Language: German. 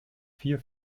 vier